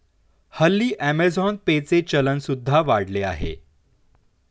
हल्ली Amazon Pay चे चलन सुद्धा वाढले आहे